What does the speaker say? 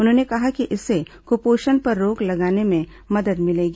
उन्होंने कहा कि इससे क्पोषण पर रोक लगाने में मदद मिलेगी